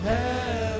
Heaven